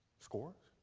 scores?